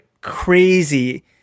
crazy